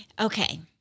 Okay